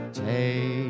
take